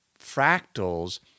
fractals